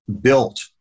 built-